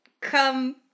come